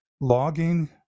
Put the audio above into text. logging